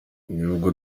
n’ubwo